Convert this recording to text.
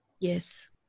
Yes